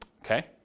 okay